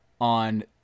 on